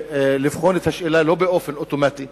לבחון את השאלה לא באופן אוטומטי.